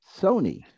sony